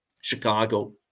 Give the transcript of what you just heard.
Chicago